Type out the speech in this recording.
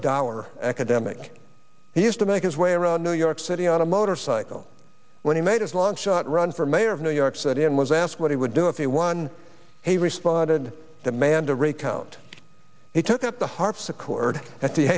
dollar academic he used to make his way around new york city on a motorcycle when he made his last shot run for mayor of new york city and was asked what he would do if he won he responded demand a recount he took up the harpsichord at the